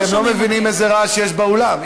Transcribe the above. אתם לא מבינים איזה רעש יש באולם,